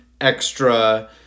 extra